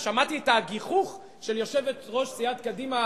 שמעתי את הגיחוך של יושבת-ראש סיעת קדימה